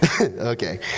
okay